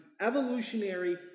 Evolutionary